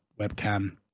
webcam